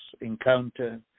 Encounter